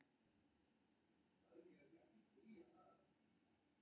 एकर हरियर छोट दाना खाए मे मीठ लागै छै